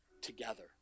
together